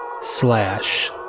Slash